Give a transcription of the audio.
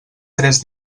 tres